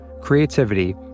Creativity